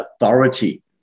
authority